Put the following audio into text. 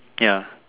ya